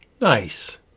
Nice